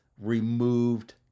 removed